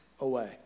away